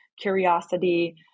curiosity